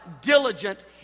diligent